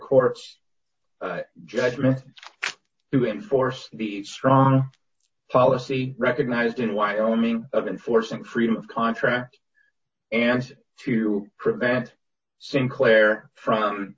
court's judgment to enforce the strong policy recognized in wyoming of enforcing freedom of contract and to prevent sinclair from